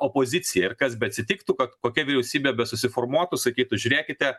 opozicija ir kas beatsitiktų ka kokia vyriausybė besusiformuotų sakytų žiūrėkite